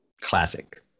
Classic